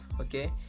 okay